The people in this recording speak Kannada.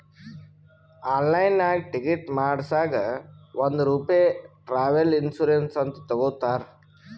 ಆನ್ಲೈನ್ನಾಗ್ ಟಿಕೆಟ್ ಮಾಡಸಾಗ್ ಒಂದ್ ರೂಪೆ ಟ್ರಾವೆಲ್ ಇನ್ಸೂರೆನ್ಸ್ ಅಂತ್ ತಗೊತಾರ್